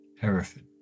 Hereford